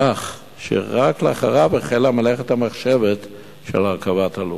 כך שרק אחריו החלה מלאכת המחשבת של הרכבת הלוח.